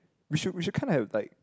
we should we should kind of like